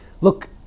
Look